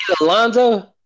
Alonzo